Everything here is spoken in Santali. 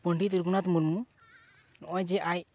ᱯᱚᱱᱰᱤᱛ ᱨᱟᱹᱜᱷᱩᱱᱟᱛᱷ ᱢᱩᱨᱢᱩ ᱱᱚᱜᱼᱚᱭ ᱡᱮ ᱟᱡ